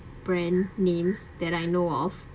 brand names that I know of